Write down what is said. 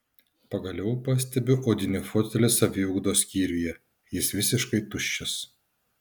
pagaliau pastebiu odinį fotelį saviugdos skyriuje jis visiškai tuščias